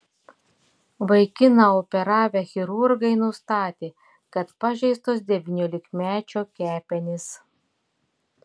vaikiną operavę chirurgai nustatė kad pažeistos devyniolikmečio kepenys